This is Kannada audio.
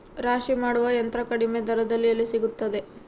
ರಾಶಿ ಮಾಡುವ ಯಂತ್ರ ಕಡಿಮೆ ದರದಲ್ಲಿ ಎಲ್ಲಿ ಸಿಗುತ್ತದೆ?